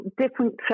different